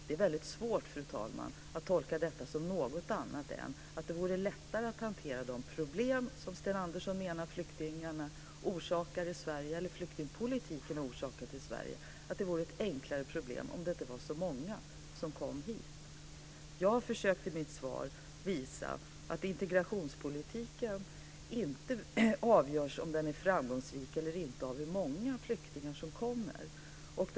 Det är väldigt svårt att tolka detta som något annat än att det vore lättare att hantera de problem som Sten Andersson menar flyktingarna orsakar i Sverige, eller flyktingpolitiken orsakat i Sverige, om det inte var så många som kom hit. Jag försökte i mitt svar visa att det inte är hur många flyktingar som kommer som avgör om integrationspolitiken är framgångsrik eller inte.